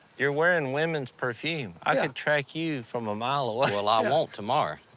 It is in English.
you're wearing women's perfume. i can track you from a mile away. well i won't tomorrow.